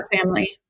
family